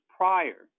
prior